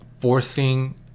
forcing